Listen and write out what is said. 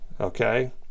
okay